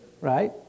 right